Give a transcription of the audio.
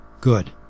Good